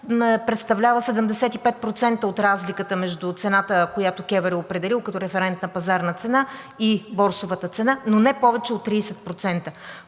представлява 75% от разликата между цената, която КЕВР е определил като референтна пазарна цена, и борсовата цена, но не повече от 30%,